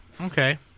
Okay